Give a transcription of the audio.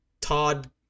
Todd